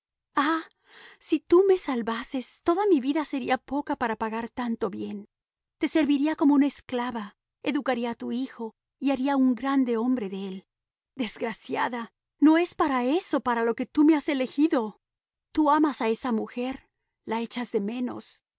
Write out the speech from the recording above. si tú me salvases toda mi vida sería poca para pagar tanto bien te serviría como una esclava educaría a tu hijo y haría un grande hombre de él desgraciada no es para eso para lo que tú me has elegido tú amas a esa mujer la echas de menos